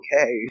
okay